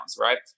right